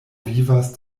vivas